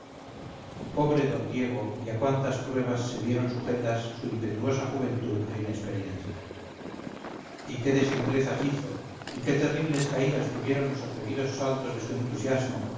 pobre d diego y a cuántas pruebas se vieron sujetas su impetuosa juventud e inexperiencia y qué de simplezas hizo y qué terribles caídas tuvieron los atrevidos saltos de su entusiasmo